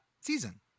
season